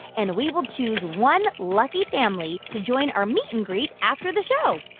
and we will choose one lucky family to join our meet-and-greet after the show.